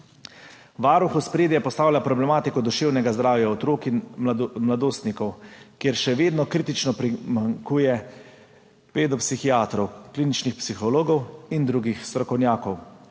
Varuh v ospredje postavlja problematiko duševnega zdravja otrok in mladostnikov, kjer še vedno kritično primanjkuje pedopsihiatrov, kliničnih psihologov in drugih strokovnjakov.